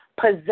possess